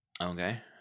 Okay